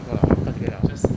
够 liao 可以 liao just